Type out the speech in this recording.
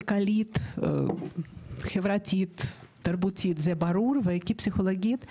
כלכלית, חברתית, תרבותית וברור והייתי פסיכולוגית,